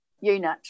UNIT